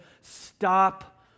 stop